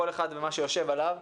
כל אחד ומה שיושב עליו,